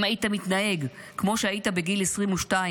אם היית מתנהג כמו שהיית בגיל 22,